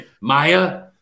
Maya